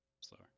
slower